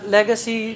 Legacy